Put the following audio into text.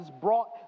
brought